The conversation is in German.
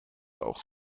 auch